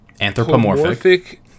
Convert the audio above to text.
anthropomorphic